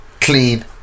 Clean